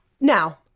now